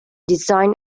design